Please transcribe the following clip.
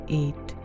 eight